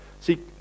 See